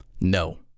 No